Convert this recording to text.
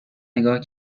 نگاه